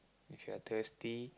if you're thirsty